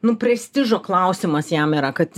nu prestižo klausimas jam yra kad